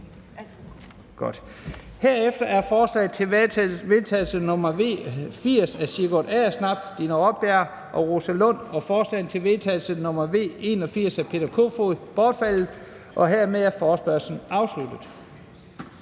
Herefter er forslag til vedtagelse nr. V 80 af Sigurd Agersnap (SF), Dina Raabjerg (KF) og Rosa Lund (EL) og forslag til vedtagelse nr. V 81 af Peter Kofod (DF) bortfaldet. Dermed er forespørgslen afsluttet.